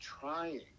trying